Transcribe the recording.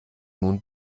nun